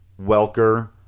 Welker